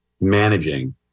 managing